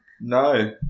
No